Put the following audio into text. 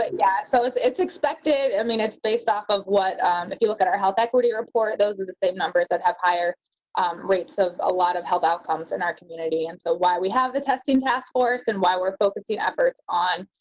yeah so it's it's expected? i mean, it's based off of what you look at our health equity report those of the same numbers that have higher rates of a lot of health outcomes in our community. and so why we have the testing task force and why we're focusing efforts on,